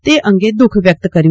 તે અંગે દુખ વ્યક્ત કર્યું છે